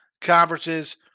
conferences